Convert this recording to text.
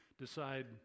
decide